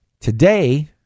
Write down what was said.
Today